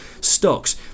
stocks